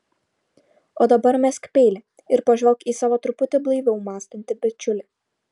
o dabar mesk peilį ir pažvelk į savo truputį blaiviau mąstantį bičiulį